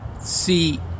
see